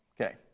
Okay